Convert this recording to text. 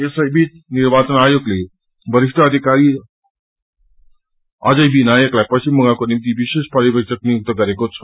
यसैबीच निर्वाचन आयोगले वरिष्ठ अधिकारी अजय मी नायकलाई पश्विम बंगालको निम्ति विशेष पर्यवेसक गरेको छ